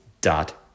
dot